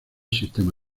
sistema